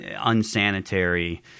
unsanitary